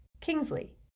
Kingsley